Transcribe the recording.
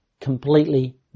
completely